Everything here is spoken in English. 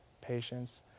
patience